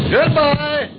Goodbye